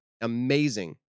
Amazing